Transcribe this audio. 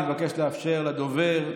אני מבקש לאפשר לדובר.